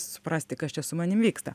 suprasti kas čia su manim vyksta